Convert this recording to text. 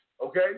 okay